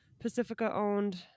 Pacifica-owned